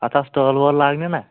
اَتھ آسہٕ ٹٲلہٕ وٲلہٕ لاگنہِ نہ